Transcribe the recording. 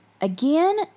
again